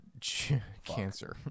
cancer